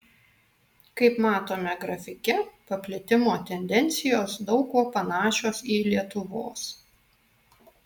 kaip matome grafike paplitimo tendencijos daug kuo panašios į lietuvos